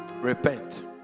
repent